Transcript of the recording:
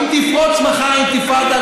אם תפרוץ מחר אינתיפאדה,